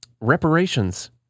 reparations